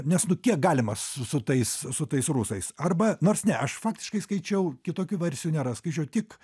nes nu kiek galima su tais su tais rusais arba nors ne aš faktiškai skaičiau kitokių versijų nėra skaičiau tik